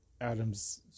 Adam's